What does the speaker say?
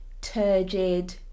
turgid